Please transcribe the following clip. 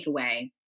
takeaway